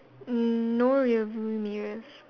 mm no rear view mirrors